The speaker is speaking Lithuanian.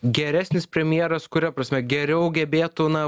geresnis premjeras kuria prasme geriau gebėtų na